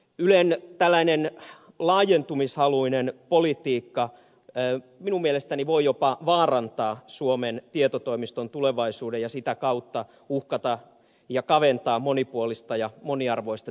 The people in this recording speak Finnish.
ylen tällainen laajentumishaluinen politiikka minun mielestäni voi jopa vaarantaa suomen tietotoimiston tulevaisuuden ja sitä kautta uhata ja kaventaa monipuolista ja moniarvoista tiedonvälitystäkin myös suomessa